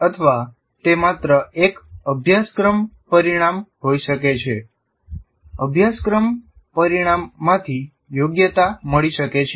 અથવા તે માત્ર એક અભ્યાસક્રમ પરિણામ હોઈ શકે છેઅભ્યાસક્રમ પરિણામમાંથી યોગ્યતા મળી શકે છે